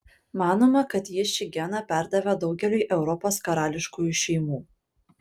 manoma kad ji šį geną perdavė daugeliui europos karališkųjų šeimų